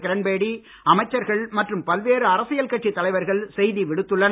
கிரண்பேடி அமைச்சர்கள் மற்றும் பல்வேறு அரசியல் கட்சி தலைவர்கள் செய்தி விடுத்துள்ளனர்